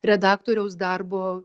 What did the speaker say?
redaktoriaus darbo